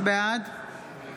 בעד